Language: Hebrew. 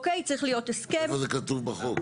איפה זה כתוב בחוק?